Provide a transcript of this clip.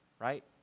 right